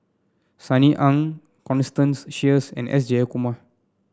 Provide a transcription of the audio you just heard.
Sunny Aung Constance Sheares and S Jayakumar